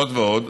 זאת ועוד,